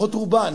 לפחות רובן,